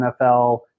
nfl